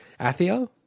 Athia